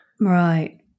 Right